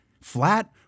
flat